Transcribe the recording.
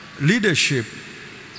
leadership